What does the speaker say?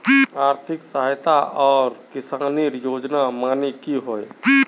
आर्थिक सहायता आर किसानेर योजना माने की होय?